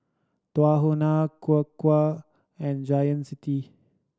Tahuna and Gain City